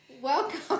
Welcome